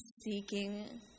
seeking